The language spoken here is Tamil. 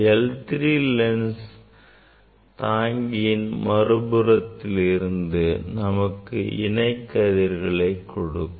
l3 லென்ஸ் தாங்கியின் மறுபறத்திலிருந்து நமக்கு இணை கதிர்கள் கிடைக்கும்